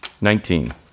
nineteen